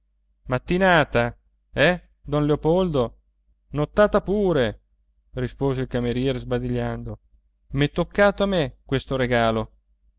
mattinata eh don leopoldo e nottata pure rispose il cameriere sbadigliando m'è toccato a me questo regalo